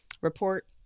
report